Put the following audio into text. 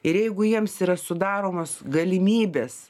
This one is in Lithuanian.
ir jeigu jiems yra sudaromos galimybės